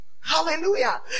hallelujah